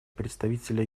представителя